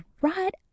right